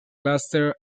cluster